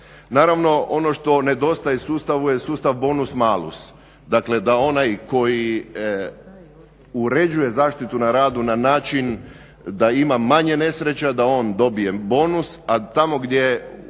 Naravno ono što nedostaje sustavu je sustav bonus malus. Dakle, da onaj koji uređuje zaštitu na radu na način da ima manje nesreća, da on dobije bonus a tamo gdje,